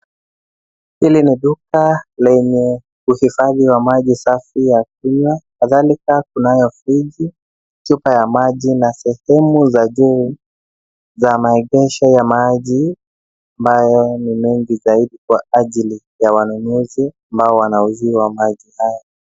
Hili ni duka lenye uhifadhi ya maji safi ya kunywa kadhalika kunayo friji, chupa ya maji na sehemu za juu za maegesho ya maji ambayo ni mengi zaidi kwa ajili ya wanunuzi ambao wanauziwa maji haya.